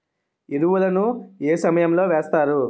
ఎరువుల ను ఏ సమయం లో వేస్తారు?